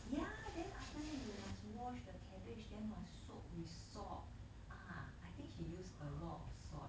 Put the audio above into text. ya then after that you must wash the cabbage then must soak with salt ah I think she used a lot of salt